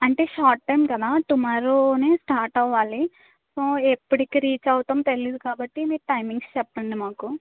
అంటే short time కదా టుమారోనే స్టార్ట్ అవ్వాలి ఎప్పటికి రీచ్ అవుతామో తెలియదు కాబట్టి మీరు టైమింగ్స్ చెప్పండి మాకు